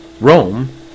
Rome